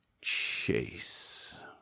Chase